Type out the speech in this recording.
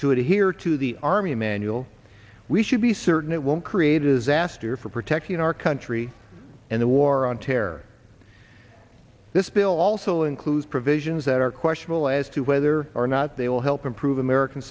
to adhere to the army manual we should be certain it won't create a sastre for protecting our country and the war on terror this bill also includes provisions that are questionable as to whether or not they will help improve american